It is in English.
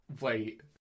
Wait